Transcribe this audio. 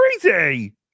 crazy